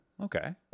okay